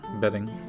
bedding